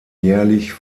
jährlich